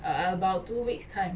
a~ about two weeks time